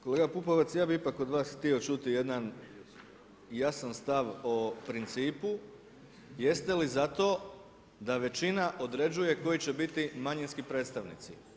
Kolega Pupovac, ja bi ipak od vas htio čuti jedan jasan stav o principu, jeste li za to da većina određuje koji će biti manjinski predstavnici?